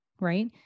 right